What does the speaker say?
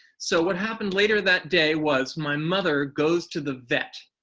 so what happened later that day was my mother goes to the vet.